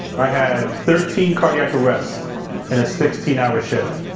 i had thirteen cardiac arrests in a sixteen hour shift,